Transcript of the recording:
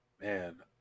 man